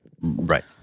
Right